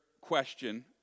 question